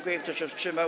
Kto się wstrzymał?